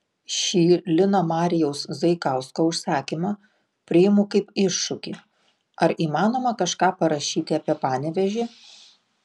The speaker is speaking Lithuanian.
šį lino marijaus zaikausko užsakymą priimu kaip iššūkį ar įmanoma kažką parašyti apie panevėžį